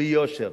ביושר,